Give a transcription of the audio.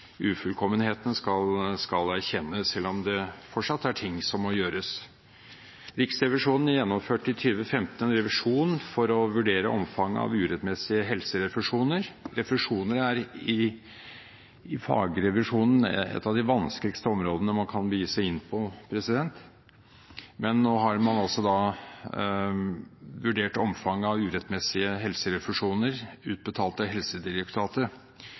ufullkommenheten – skal erkjenne, selv om det fortsatt er ting som må gjøres. Riksrevisjonen gjennomførte i 2015 en revisjon for å vurdere omfanget av urettmessige helserefusjoner. Refusjoner er i fagrevisjonen et av de vanskeligste områdene man kan begi seg inn på, men nå har man vurdert omfanget av urettmessige helserefusjoner utbetalt av Helsedirektoratet.